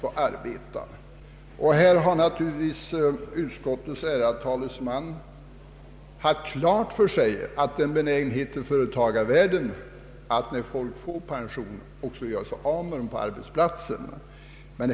Utskottets ärade talesman har naturligtvis haft klart för sig företagens benägenhet att göra sig av med de människor som får pension.